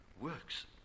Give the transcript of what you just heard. works